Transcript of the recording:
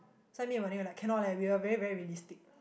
send me your money we'll like cannot leh we're very very realistic